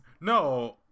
No